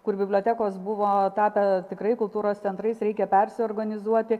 kur bibliotekos buvo tapę tikrai kultūros centrais reikia persiorganizuoti